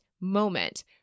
moment